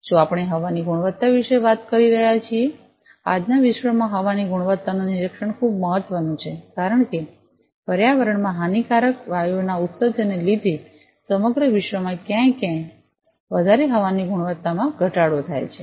જો આપણે હવાની ગુણવત્તા વિશે વાત કરી રહ્યા છીએ આજના વિશ્વમાં હવાની ગુણવત્તાનું નિરીક્ષણ ખૂબ મહત્વનું છે કારણ કે પર્યાવરણમાં હાનિકારક વાયુઓના ઉત્સર્જનને લીધે સમગ્ર વિશ્વમાં ક્યાંક ક્યાંક ક્યાંક વધારે હવાની ગુણવત્તામાં ઘટાડો થયો છે